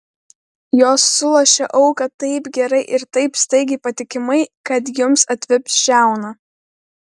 jos sulošia auką taip gerai ir taip staigiai patikimai kad jums atvips žiauna